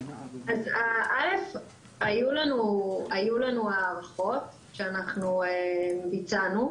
היו לנו הערכות שאנחנו ביצענו.